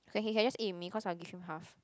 okay he can just eat with me cause I will give him half